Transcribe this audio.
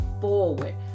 forward